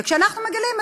וכשאנחנו מגלים,